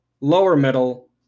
lower-middle